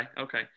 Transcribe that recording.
okay